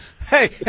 Hey